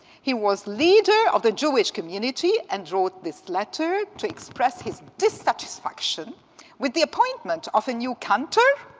he was leader of the jewish community and wrote this letter to express his dissatisfaction with the appointment of a new cantor,